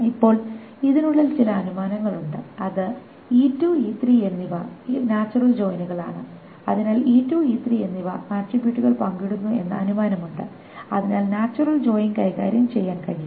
ഇപ്പോൾ ഇതിനുള്ളിൽ ചില അനുമാനങ്ങൾ ഉണ്ട് അത് E2 E3 എന്നിവ ഇവ നാച്ചുറൽ ജോയിനുകൾ ആണ് അതിനാൽ E2 E3 എന്നിവ ആട്രിബ്യൂട്ടുകൾ പങ്കിടുന്നു എന്ന അനുമാനമുണ്ട് അതിനാൽ നാച്ചുറൽ ജോയിൻ കൈകാര്യം ചെയ്യാൻ കഴിയും